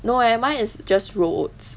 no leh mine is just raw oats